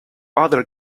other